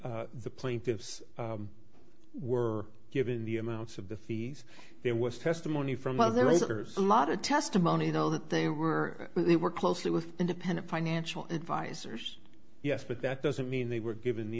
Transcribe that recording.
the plaintiffs were given the amounts of the fees there was testimony from other writers a lot of testimony though that they were they work closely with independent financial advisors yes but that doesn't mean they were given the